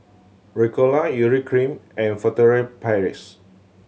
Ricola Urea Cream and Furtere Paris